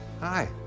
hi